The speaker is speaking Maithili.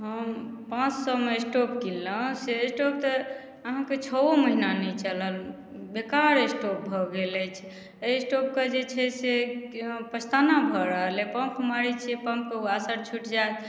हम पाँच सएमे स्टोव किनलहुँ से स्टोव तऽ अहाँके छओ महिना नहि चलल बेकार स्टोव भऽ गेल अछि अइ स्टोवके जे छै से पछतावा भऽ रहल अइ पम्प मारै छियै पम्प वाशर छूटि जाइत